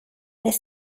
est